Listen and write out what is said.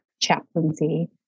chaplaincy